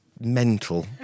mental